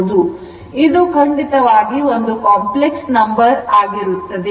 ಇದು ಖಂಡಿತವಾಗಿ ಒಂದು ಕಾಂಪ್ಲೆಕ್ಸ್ ನಂಬರ್ ಆಗಿರುತ್ತದೆ